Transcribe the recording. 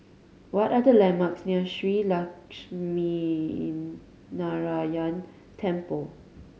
what are the landmarks near Shree Lakshminarayanan Temple